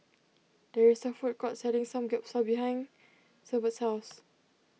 there is a food court selling Samgyeopsal behind Severt's house